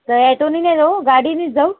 तर अॅटोनी नाही जाऊ गाडीनेच जाऊ